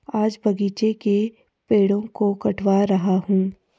आज बगीचे के पेड़ों को कटवा रहा हूं